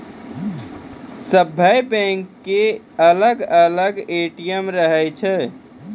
सभ्भे बैंको के अलग अलग ए.टी.एम रहै छै